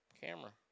camera